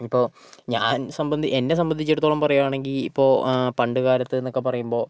ഇപ്പോൾ ഞാൻ സംബന്ധി എന്നെ സംബന്ധിച്ചെടത്തോളം പറയുവാണെങ്കിൽ ഇപ്പോൾ പണ്ട് കാലത്ത് എന്നൊക്കെ പറയുമ്പോൾ